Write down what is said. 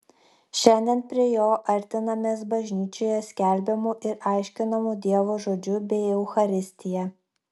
šiandien prie jo artinamės bažnyčioje skelbiamu ir aiškinamu dievo žodžiu bei eucharistija